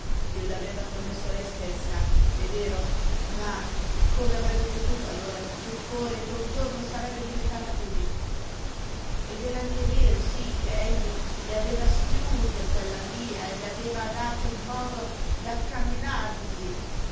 glielo aveva promesso lei stessa è vero ma come avrebbe potuto allora supporre che un giorno sarebbe divenuta cosí ed era anche vero sí che egli le aveva schiuso quella via e le aveva dato modo